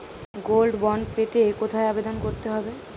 Gold bond পেতে কোথায় আবেদন করতে হবে?